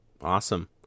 Awesome